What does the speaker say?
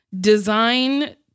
Design